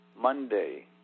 Monday